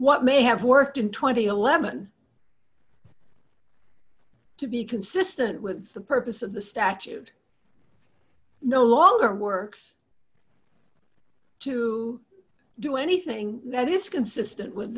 what may have worked in two thousand and eleven to be consistent with the purpose of the statute no longer works to do anything that is consistent with